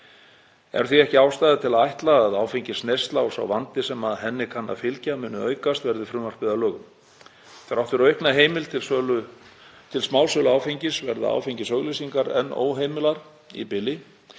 Er því ekki ástæða til að ætla að áfengisneysla og sá vandi sem henni kann að fylgja muni aukast verði frumvarpið að lögum. Þrátt fyrir aukna heimild til smásölu áfengis verða áfengisauglýsingar enn óheimilar í bili